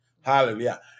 Hallelujah